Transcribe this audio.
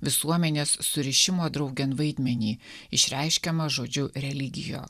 visuomenės surišimo draugėn vaidmenį išreiškiamą žodžiu religija